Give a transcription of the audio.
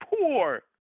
poor